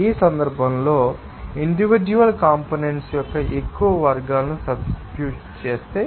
కాబట్టి ఈ సందర్భంలో మేము ఇండివిడ్యుఅల్ కంపోనెంట్స్ యొక్క ఎక్కువ వర్గాలను సబ్స్టిట్యూషన్ చేస్తే